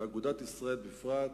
ובאגודת ישראל בפרט,